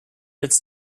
its